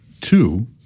Two